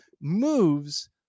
moves